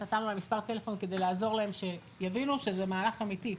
נתנו להם מספר טלפון כדי לעזור להם שיבינו שזה מהלך אמיתי.